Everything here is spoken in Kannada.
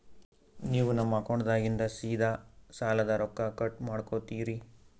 ನೀವು ನಮ್ಮ ಅಕೌಂಟದಾಗಿಂದ ಸೀದಾ ಸಾಲದ ರೊಕ್ಕ ಕಟ್ ಮಾಡ್ಕೋತೀರಿ?